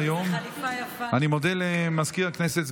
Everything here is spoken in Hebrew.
אני מודה למזכיר הכנסת,